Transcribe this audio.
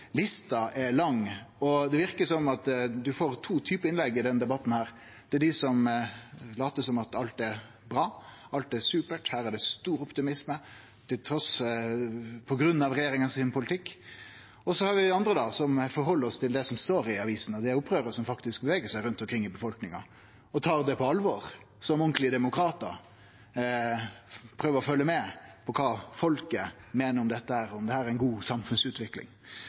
Lista er lang, og det verkar som at vi får to typar innlegg i denne debatten. Det er dei som latar som om alt er bra og supert, og at det er stor optimisme på grunn av regjeringas politikk. Og så er det vi andre, som held oss til det som står i avisene, og det opprøret som faktisk beveger seg rundt omkring i befolkninga, og tar det på alvor, som ordentlege demokratar som prøver å følgje med på kva folket meiner om dette, og om det er ei god samfunnsutvikling.